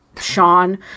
Sean